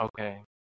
Okay